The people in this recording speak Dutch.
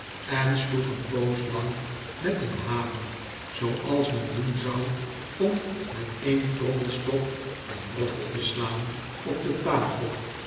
en sloeg een poos lang met een hamer zooals men doen zou om met een trommelstok een roffel te slaan op de tafel